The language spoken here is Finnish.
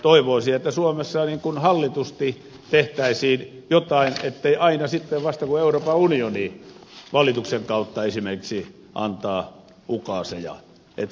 toivoisi että suomessa hallitusti tehtäisiin jotain ei aina vasta sitten kun euroopan unioni esimerkiksi valituksen kautta antaa ukaaseja